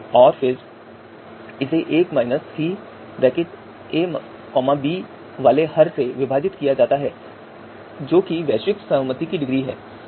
और फिर इसे 1 सी ए बी वाले हर से विभाजित किया जाता है जो कि वैश्विक सहमति की डिग्री है